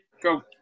Go